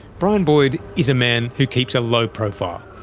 brian boyd is a man who keeps a low profile.